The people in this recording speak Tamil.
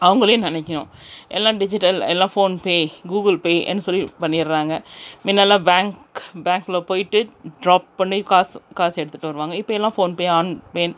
அவங்களையும் நினைக்கிணும் எல்லா டிஜிட்டல் எல்லாம் ஃபோன்பே கூகுள் பே என் சொல்லி பண்ணிகிறாங்க முன்னல்லாம் பேங்க்கு பேங்க்கில் போய்விட்டு ட்ராப் பண்ணி காசு காசு எடுத்துகிட்டு வருவாங்க இப்போ எல்லாம் ஃபோன்பே ஆன் பேன்